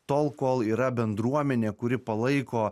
tol kol yra bendruomenė kuri palaiko